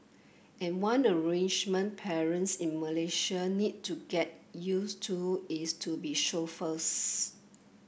and one arrangement parents in Malaysia need to get used to is to be chauffeurs